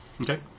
Okay